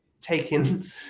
taking